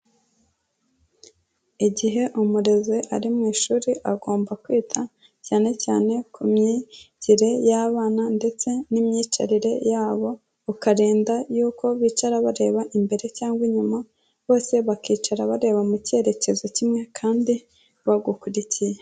Igihe umurezi ari mu ishuri agomba kwita cyane cyane ku myigire y'abana ndetse n'imyicarire yabo, ukarinda yuko bicara bareba imbere cyangwa inyuma, bose bakicara bareba mu cyerekezo kimwe kandi bagukurikiye.